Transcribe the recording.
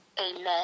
Amen